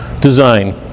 Design